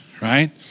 right